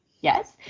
Yes